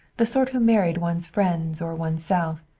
the sort who married one's friends or oneself,